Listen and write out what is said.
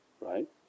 Right